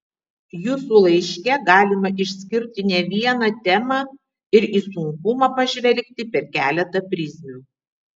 jūsų laiške galima išskirti ne vieną temą ir į sunkumą pažvelgti per keletą prizmių